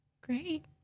Great